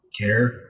care